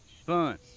fun